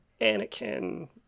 Anakin